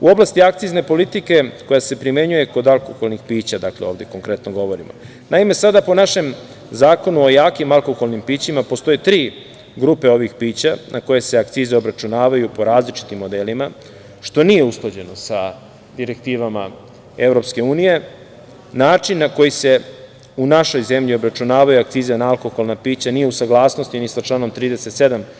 U oblasti akcizne politike koja se primenjuje kod alkoholnih pića, dakle ovde konkretno govorimo, naime, sada po našem Zakonu o jakim alkoholnim pićima postoje tri grupe ovih pića na koje se akcize obračunavaju po različitim modelima, što nije usklađeno sa direktivama EU, način na koji se u našoj zemlji obračunavaju akcize na alkoholna pića nije u saglasnosti ni sa članom 37.